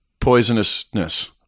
poisonousness